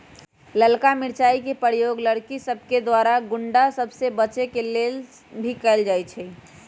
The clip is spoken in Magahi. ललका मिरचाइ के प्रयोग लड़कि सभके द्वारा गुण्डा सभ से बचे के लेल सेहो कएल जाइ छइ